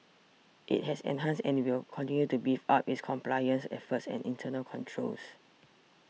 it has enhanced and will continue to beef up its compliance efforts and internal controls